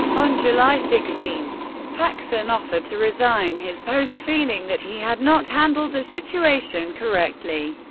on july sixteen, paxon offered to resign his post, feeling that he had not handled the situation correctly,